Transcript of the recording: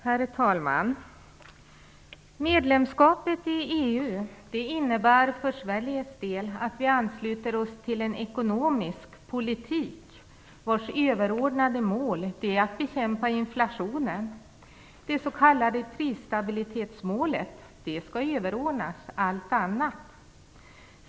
Herr talman! Medlemskapet i EU innebär för Sveriges del att vi ansluter oss till en ekonomisk politik vars överordnade mål är att bekämpa inflationen. Det s.k. prisstabilitetsmålet skall överordnas allt annat.